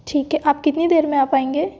ठीक है आप कितनी देर में आ पाएंगे